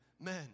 men